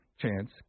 Chance